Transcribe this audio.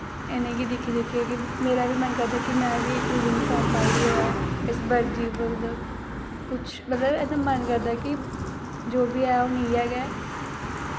इ'नें गी दिक्खी दिक्खियै कि मेरा बी मन करदा कि में बी इ'यै यूनिफॉर्म पाई दी होऐ इक वर्दी पर ते कुछ मतलब मन करदा कि जो बी ऐ हून इ'यै गै